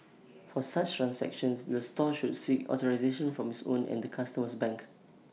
for such transactions the store should seek authorisation from its own and the customer's bank